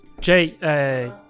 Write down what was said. Jay